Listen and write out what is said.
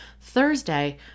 Thursday